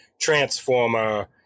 transformer